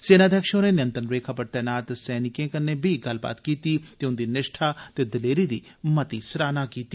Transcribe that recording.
सेनाध्यक्ष होरें नियंत्रण रेखा पर तैनात सैनिकें कन्नै बी गल्लबात कीती ते उन्दी निष्ठा ते दलेरी दी मती सराहना कीती